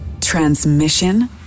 Transmission